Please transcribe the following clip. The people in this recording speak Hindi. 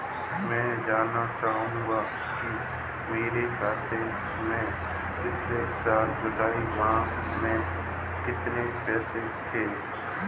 मैं जानना चाहूंगा कि मेरे खाते में पिछले साल जुलाई माह में कितने पैसे थे?